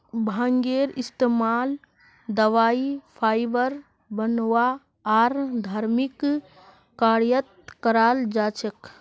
भांगेर इस्तमाल दवाई फाइबर बनव्वा आर धर्मिक कार्यत कराल जा छेक